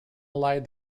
allied